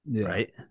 right